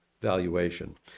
valuation